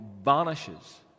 Vanishes